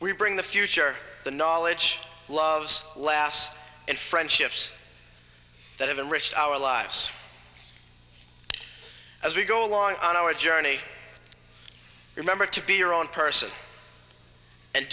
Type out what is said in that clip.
we bring the future the knowledge loves last and friendships that have enriched our lives as we go along on our journey remember to be your own person and